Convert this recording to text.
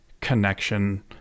connection